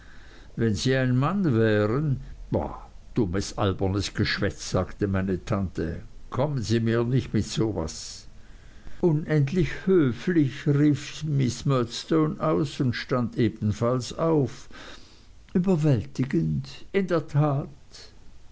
wenn sie ein mann wären bah dummes albernes geschwätz sagte meine tante kommen sie mir nicht mit so was unendlich höflich rief miß murdstone aus und stand ebenfalls auf überwältigend in der tat